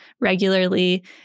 regularly